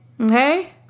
okay